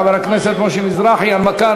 חבר הכנסת משה מזרחי, הנמקה.